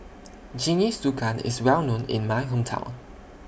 Jingisukan IS Well known in My Hometown